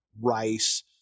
rice